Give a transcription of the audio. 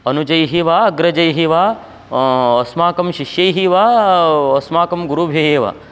अनुजैः वा अग्रजैः वा अस्माकं शिष्यैः वा अस्माकं गुरुभिः वा